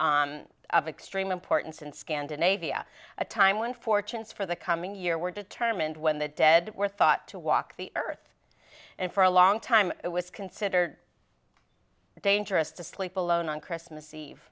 of extreme importance in scandinavia a time when fortunes for the coming year were determined when the dead were thought to walk the earth and for a long time it was considered dangerous to sleep alone on christmas